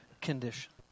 condition